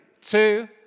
two